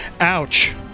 Ouch